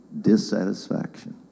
dissatisfaction